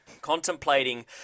contemplating